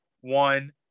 one